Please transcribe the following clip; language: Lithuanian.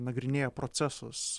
nagrinėja procesus